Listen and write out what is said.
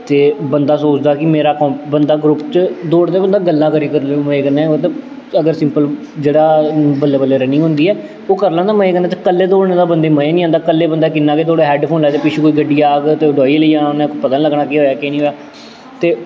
ते बंदा सोचदा कि मेरा कंप बंदा ग्रुप च दौड़दा ऐ बंदा गल्लां करी करी मजे कन्नै मतलब अगर सिंपल जेह्ड़ा बल्लें बल्लें रन्निंग होंदी ऐ ओह् कर लैन्नां मजे कन्नै ते कल्ले दौडने दा बंदे गी मजा गी निं औंदा कल्ले बंदा किन्नें गै दौड़ग हैड्डफोन लाए दे ते पिच्छों कोई गड्डी आग ते डोआइयै लेई जाना उ'न्नै ते पता निं लग्गना केह् होआ केह् नेईं ते